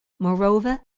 moreover,